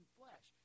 flesh